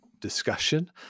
discussion